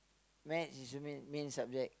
maths is a main main subject